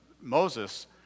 Moses